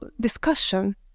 discussion